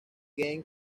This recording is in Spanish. game